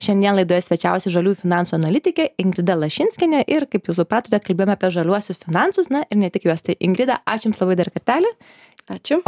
šiandien laidoje svečiavosi žaliųjų finansų analitikė ingrida lašinskienė ir kaip jūs supratote kalbėjome apie žaliuosius finansus na ir ne tik juos tai ingrida ačiū jums labai dar kartelį